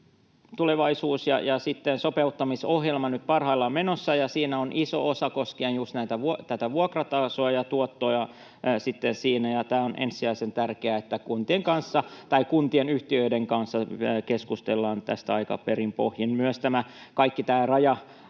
tulevaisuus- ja sopeuttamisohjelma, nyt parhaillaan menossa, ja siinä on iso osa koskien juuri tätä vuokratasoa ja -tuottoja. Ja tämä on ensisijaisen tärkeää, että kuntien yhtiöiden kanssa keskustellaan tästä aika perin pohjin. Myös kaikki tämä